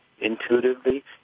intuitively